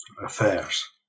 affairs